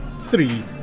three